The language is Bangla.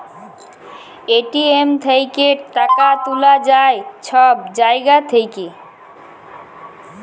এ.টি.এম থ্যাইকে টাকা তুলা যায় ছব জায়গা থ্যাইকে